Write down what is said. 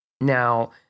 Now